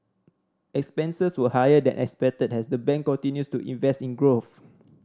expenses were higher than expected as the bank continues to invest in growth